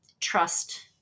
trust